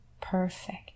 perfect